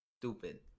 Stupid